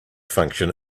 function